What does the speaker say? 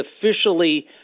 officially